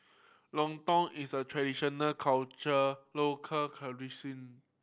lontong is a traditional local